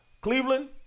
Cleveland